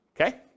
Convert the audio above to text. okay